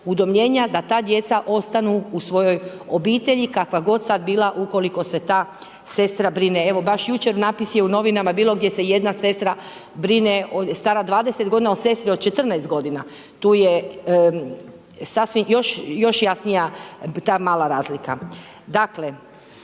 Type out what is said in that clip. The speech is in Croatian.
udomljenja da ta djeca ostanu u svojoj obitelji kakva god sad bila ukoliko se ta sestra brine. Evo baš jučer natpis je u novinama bio gdje se jedna sestra brine stara 20 godina o sestri od 14 godina. Tu je sasvim, još jasnija ta mala razlika.